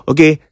Okay